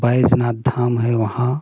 बैजनाथ धाम है वहाँ